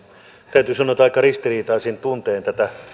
täytyy sanoa että aika ristiriitaisin tuntein tätä